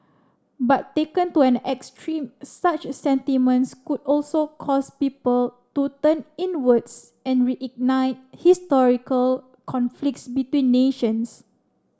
but taken to an extreme such sentiments could also cause people to turn inwards and reignite historical conflicts between nations